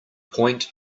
point